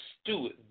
Stewart